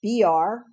BR